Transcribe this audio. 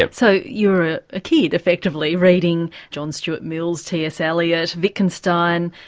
ah so you're a ah kid effectively reading john stuart mill, ts eliot, wittgenstein,